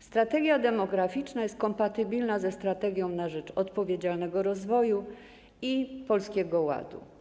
strategia demograficzna jest kompatybilna ze „Strategią na rzecz odpowiedzialnego rozwoju” i Polskiego Ładu.